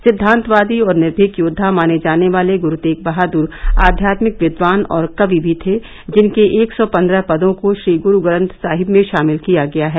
सिद्वांतवादी और निर्मीक योद्वा माने जाने वाले गुरु तेग बहादुर आध्यात्मिक विद्वान और कवि भी थे जिनके एक सौ पन्द्रह पदों को श्री गुरु ग्रंथ साहिब में शामिल किया गया है